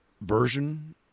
version